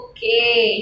Okay